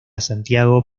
santiago